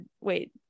wait